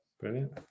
brilliant